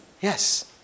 Yes